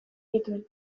nituen